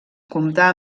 comptà